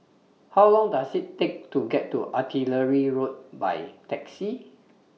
How Long Does IT Take to get to Artillery Road By Taxi